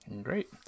Great